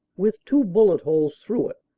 with two bullet holes through it.